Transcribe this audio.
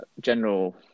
general